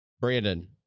Brandon